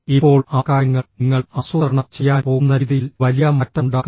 ഇപ്പോൾ ആ കാര്യങ്ങൾ നിങ്ങൾ ആസൂത്രണം ചെയ്യാൻ പോകുന്ന രീതിയിൽ വലിയ മാറ്റമുണ്ടാക്കും